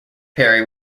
perry